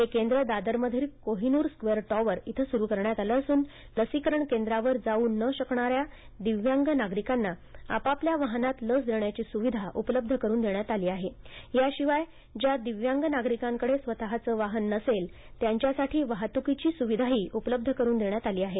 हे केंद्र दादरमधील कोहिनुर स्केअर टॉवर इथं सुरु करण्यात आले असून लसीकरण केंद्राव जाऊ न शकणाऱ्या दिव्यांग नागरिकांना आपापल्या वाहनांत लस देण्याची सुविधा उपलब्ध करुन देण्यात आली आहे याशिवाय ज्या दिव्यांग नागरिकांकडे स्वतचे वाहन नसेल त्यांच्यासाठी वाहतुकीचा सुविधाही उपलब्ध करुन देण्यात आली आहे